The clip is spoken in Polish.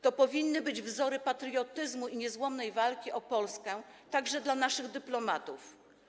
To powinny być wzory patriotyzmu i niezłomnej walki o Polskę także dla naszych dyplomatów.